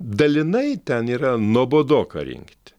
dalinai ten yra nuobodoka rinkti